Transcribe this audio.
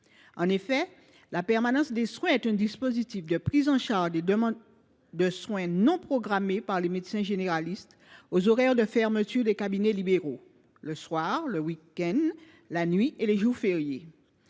publique. La permanence des soins est un dispositif de prise en charge des demandes de soins non programmées par les médecins généralistes aux horaires de fermeture des cabinets libéraux, c’est à dire le soir, la nuit, le week end et les jours fériés.